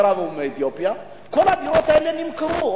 המדינות ומאתיופיה כל הדירות האלה נמכרו,